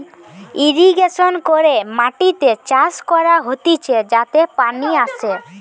irrigation করে মাটিতে চাষ করা হতিছে যাতে পানি আসে